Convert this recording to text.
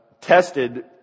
tested